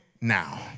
now